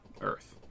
Earth